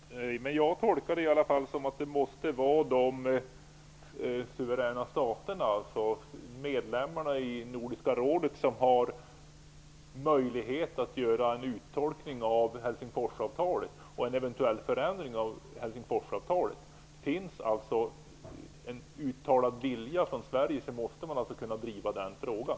Herr talman! Jag tolkar det ändå som att det måste vara de suveräna staterna, dvs. medlemmarna i Nordiska rådet, som har möjlighet att göra en uttolkning av Helsingforsavtalet, och en eventuell förändring av detta. Om det finns någon uttalad vilja från Sveriges sida så måste man alltså kunna driva frågan.